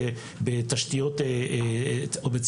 אחד זה המצויינות.